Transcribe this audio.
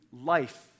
life